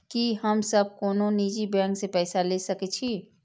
की हम सब कोनो निजी बैंक से पैसा ले सके छी?